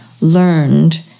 learned